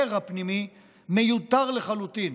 קרע פנימי מיותר לחלוטין,